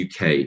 UK